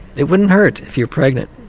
it wouldn't hurt if you're pregnant,